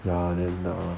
ya then err